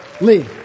Lee